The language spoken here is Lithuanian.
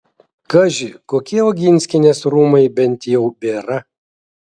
kaži kokie oginskienės rūmai bent jau bėra